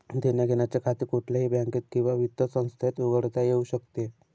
देण्याघेण्याचे खाते कुठल्याही बँकेत किंवा वित्त संस्थेत उघडता येऊ शकते